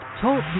Talk